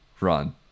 run